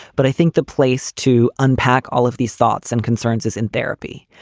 but i think the place to unpack all of these thoughts and concerns is in therapy.